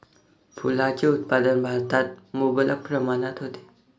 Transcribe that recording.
फुलांचे उत्पादन भारतात मुबलक प्रमाणात होते